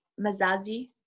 Mazazi